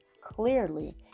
clearly